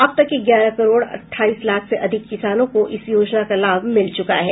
अब तक ग्यारह करोड़ अठाईस लाख से अधिक किसानों को इस योजना का लाभ मिल चुका है